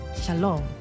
Shalom